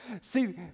See